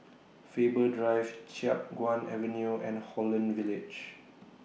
Faber Drive Chiap Guan Avenue and Holland Village